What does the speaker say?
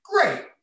great